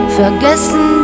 vergessen